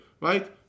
right